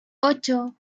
ocho